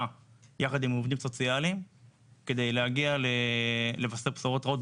יחד עם עובדים סוציאליים כדי להגיע לבשר בשורות רעות,